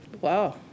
Wow